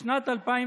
בשנת 2003